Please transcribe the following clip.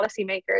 policymakers